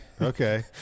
Okay